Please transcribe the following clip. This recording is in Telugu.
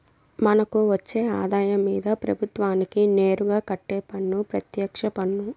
మనకు వచ్చే ఆదాయం మీద ప్రభుత్వానికి నేరుగా కట్టే పన్ను పెత్యక్ష పన్ను